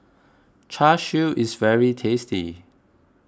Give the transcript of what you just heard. Char Siu is very tasty